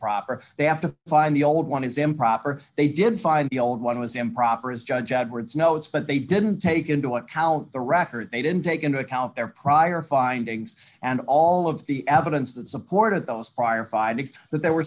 proper they have to find the old one is improper they did find the old one was improper as judge edwards no it's but they didn't take into account the record they didn't take into account their prior findings and all of the evidence that supported those prior findings that there were